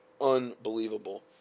Unbelievable